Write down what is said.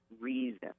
reason